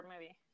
movie